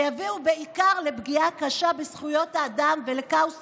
שיביאו בעיקר לפגיעה קשה בזכויות האדם ולכאוס